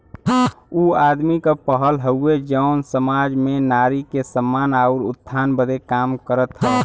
ऊ आदमी क पहल हउवे जौन सामाज में नारी के सम्मान आउर उत्थान बदे काम करत हौ